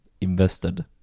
invested